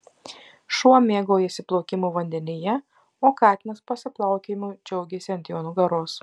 šuo mėgaujasi plaukimu vandenyje o katinas pasiplaukiojimu džiaugiasi ant jo nugaros